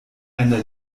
einer